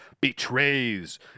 betrays